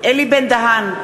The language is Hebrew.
אלי בן-דהן,